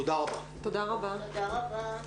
תודה רבה.